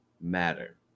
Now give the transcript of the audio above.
Matter